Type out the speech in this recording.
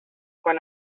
quan